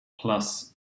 plus